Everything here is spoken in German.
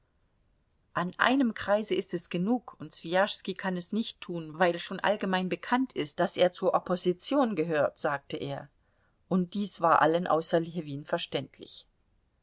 an einem kreise ist es genug und swijaschski kann es nicht tun weil schon allgemein bekannt ist daß er zur opposition gehört sagte er und dies war allen außer ljewin verständlich